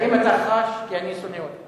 האם אתה חש שאני שונא אותך?